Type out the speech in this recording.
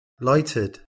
lighted